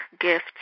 gifts